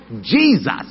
Jesus